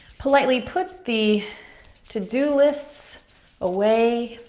politely put the to-do lists away,